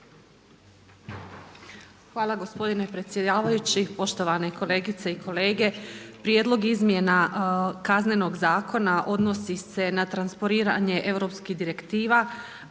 Hvala gospodine predsjedavajući, poštovane kolegice i kolege. Prijedlog izmjena Kaznenog zakona odnosi se na transporiranje europskih direktiva.